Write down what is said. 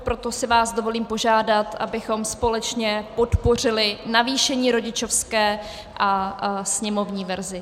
Proto si vás dovolím požádat, abychom společně podpořili navýšení rodičovské a sněmovní verzi.